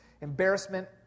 embarrassment